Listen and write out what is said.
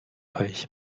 euch